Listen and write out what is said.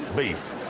beef.